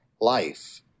Life